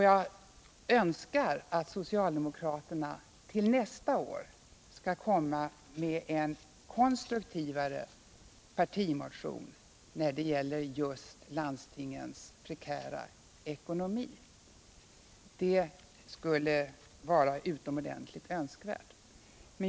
Jag önskar att socialdemokraterna till nästa år kommer med en konstruktivare partimotion när det gäller just landstingens prekära ekonomi. Det vore utomordentligt önskvärt.